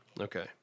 Okay